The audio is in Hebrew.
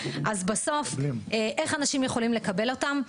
אז בסוף איך אנשים יכולים לקבל אותם.